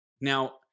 Now